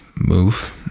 move